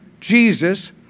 Jesus